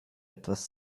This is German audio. etwas